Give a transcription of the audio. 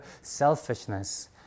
selfishness